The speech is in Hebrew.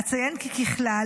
אציין כי ככלל,